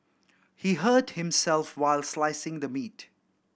he hurt himself while slicing the meat